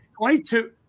22